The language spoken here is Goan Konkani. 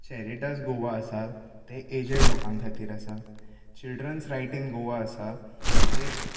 चॅरटस गोवा आसा ते एजड लोकांक खातीर आसा चिल्ड्रन्स रायटींग गोवा आसा ते